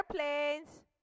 airplanes